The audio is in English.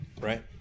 right